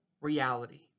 reality